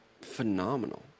Phenomenal